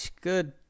good